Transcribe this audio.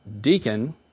deacon